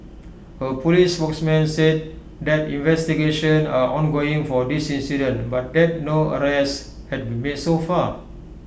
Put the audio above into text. A Police spokesman said that investigations are ongoing for this incident but that no arrests had been made so far